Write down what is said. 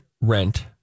rent